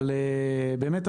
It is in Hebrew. באמת,